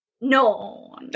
No